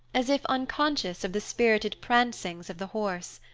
as if unconscious of the spirited prancings of the horse.